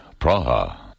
Praha